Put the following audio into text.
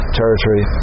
territory